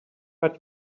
but